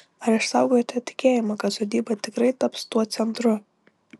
ar išsaugojote tikėjimą kad sodyba tikrai taps tuo centru